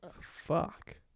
Fuck